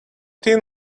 thin